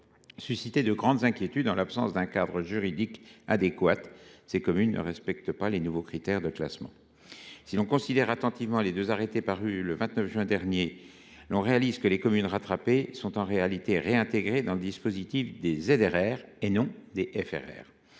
suscité de grandes inquiétudes : en l’absence de cadre juridique adéquat, ces communes ne respectent pas les nouveaux critères de classement. Si l’on considère attentivement les deux arrêtés parus le 29 juin dernier, on constate que les communes rattrapées sont en réalité réintégrées dans le dispositif des ZRR et non dans le